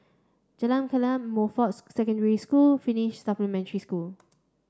Jalan Chegar Montfort Secondary School Finnish Supplementary School